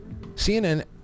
CNN